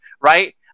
Right